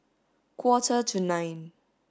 quarter to nine